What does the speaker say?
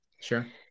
Sure